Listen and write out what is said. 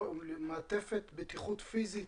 מעטפת בטיחות פיזית.